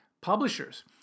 publishers